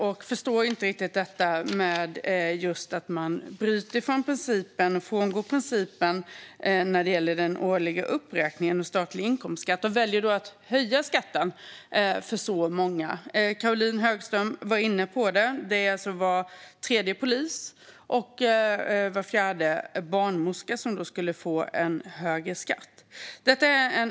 Jag förstår inte riktigt varför Socialdemokraterna frångår principen om årlig uppräkning av statlig inkomstskatt och väljer att höja skatten för så många. Caroline Högström var också inne på det. Var tredje polis och var fjärde barnmorska skulle få högre skatt.